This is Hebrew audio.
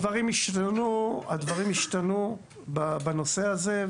הדברים השתנו בנושא הזה,